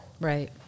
Right